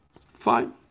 Fine